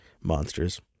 Monsters